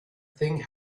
thing